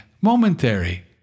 momentary